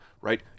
right